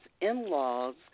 in-laws